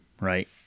right